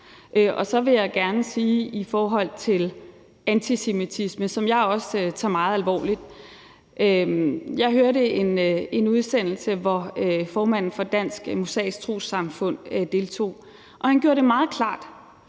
Så vil jeg gerne sige noget i forhold til antisemitisme, som jeg også tager meget alvorligt. Jeg hørte en udsendelse, som formanden for Det Jødiske Samfund i Danmark deltog i, og han gjorde det meget klart,